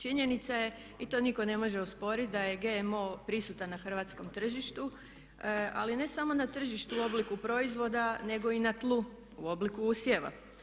Činjenica je i to nitko ne može osporiti da je GMO prisutan na hrvatskom tržištu, ali ne samo na tržištu u obliku proizvoda, nego i na tlu u obliku usjeva.